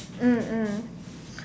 mm mm